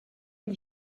une